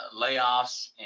layoffs